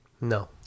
No